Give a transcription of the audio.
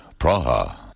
Praha